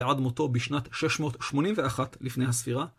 עד מותו בשנת 681 לפני הספירה.